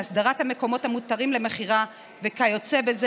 על הסדרת המקומות המותרים למכירה וכיוצא באלה